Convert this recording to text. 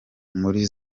muri